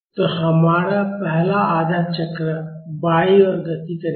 तो हमारा पहला आधा चक्र बाईं ओर गति करेगा